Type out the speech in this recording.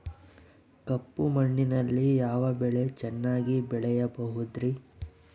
ಕಪ್ಪು ಮಣ್ಣಿನಲ್ಲಿ ಯಾವ ಬೆಳೆ ಚೆನ್ನಾಗಿ ಬೆಳೆಯಬಹುದ್ರಿ?